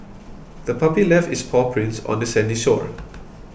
the puppy left its paw prints on the sandy shore